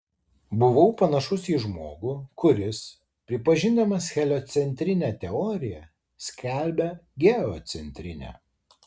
buvau panašus į žmogų kuris pripažindamas heliocentrinę teoriją skelbia geocentrinę